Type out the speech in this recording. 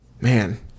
man